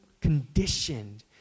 conditioned